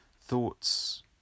thoughts